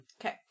Okay